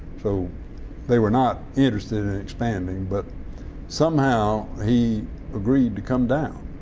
so they were not interested in expanding, but somehow he agreed to come down.